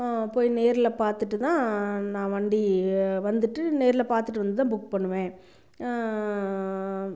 போய் நேரில் பார்த்துட்டுதான் நான் வண்டி வந்துட்டு நேரில் பார்த்துட்டு வந்துதான் புக் பண்ணுவேன்